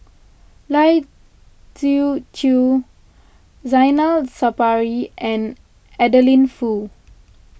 Lai Siu Chiu Zainal Sapari and Adeline Foo